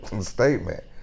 statement